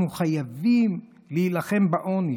אנחנו חייבים להילחם בעוני